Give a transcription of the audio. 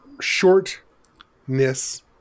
shortness